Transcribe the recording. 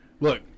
Look